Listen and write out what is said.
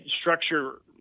structure –